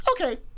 okay